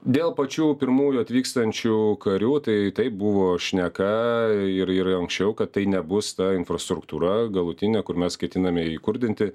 dėl pačių pirmųjų atvykstančių karių tai taip buvo šneka ir ir anksčiau kad tai nebus ta infrastruktūra galutinė kur mes ketiname įkurdinti